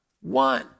One